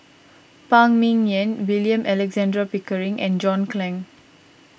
Phan Ming Yen William Alexander Pickering and John Clang